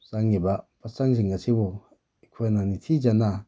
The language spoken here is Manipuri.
ꯆꯪꯂꯤꯕ ꯄꯣꯠꯆꯪꯁꯤꯡ ꯑꯁꯤꯕꯨ ꯑꯩꯈꯣꯏꯅ ꯅꯤꯡꯊꯤꯖꯅ